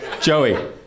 Joey